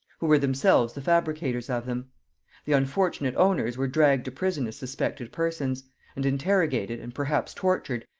who were themselves the fabricators of them the unfortunate owners were dragged to prison as suspected persons and interrogated, and perhaps tortured,